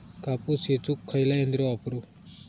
कापूस येचुक खयला यंत्र वापरू?